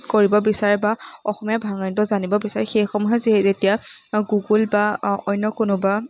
কৰিব বিচাৰে বা অসমীয়া ভাষাটো জানিব বিচাৰে সেইসমূহে যিহেতু যেতিয়া গুগল বা অন্য কোনোবা